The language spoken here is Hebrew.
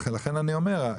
לכן אני אומר,